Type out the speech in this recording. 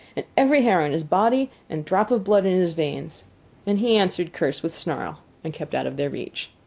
and every hair on his body and drop of blood in his veins and he answered curse with snarl and kept out of their reach.